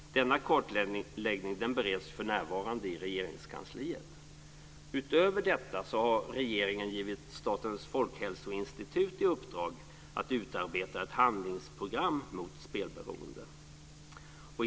Denna kartläggning bereds för närvarande i Regeringskansliet. Utöver detta har regeringen givit Statens folkhälsoinstitut i uppdrag att utarbeta ett handlingsprogram mot spelberoende.